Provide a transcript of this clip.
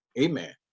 Amen